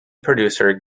producer